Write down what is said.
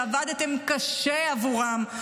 שעבדתם קשה עבורם,